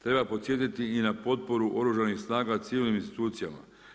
Treba podsjetiti i na potporu oružanih snaga civilnim institucijama.